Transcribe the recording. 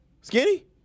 Skinny